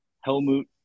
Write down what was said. Helmut